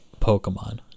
pokemon